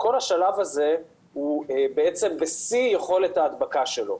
ובכל השלב הזה הוא בשיא יכולת ההדבקה שלו.